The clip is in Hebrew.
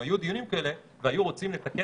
אם היו דיונים כאלה והיו רוצים לתקן